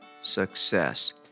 success